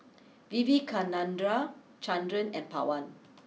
Vivekananda Chandra and Pawan